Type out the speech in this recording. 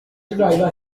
demanda